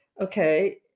okay